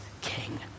king